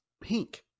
Pink